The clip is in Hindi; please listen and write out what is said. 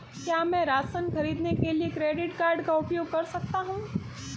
क्या मैं राशन खरीदने के लिए क्रेडिट कार्ड का उपयोग कर सकता हूँ?